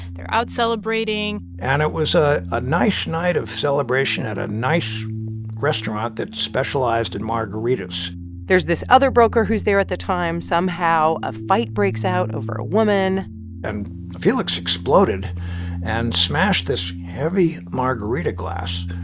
they're out celebrating and it was a a nice night of celebration at a nice restaurant that specialized in margaritas there's this other broker who's there at the time. somehow a fight breaks out over a woman and felix exploded and smashed this heavy margarita glass.